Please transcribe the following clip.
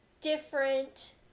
different